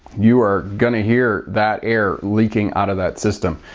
you are going to hear that air leaking out of that system.